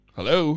Hello